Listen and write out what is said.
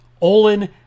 Olin